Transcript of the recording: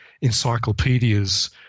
encyclopedias